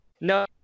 No